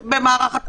ולכן,